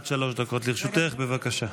עד שלוש דקות לרשותך, בבקשה.